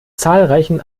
zahlreichen